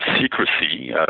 secrecy